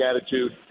attitude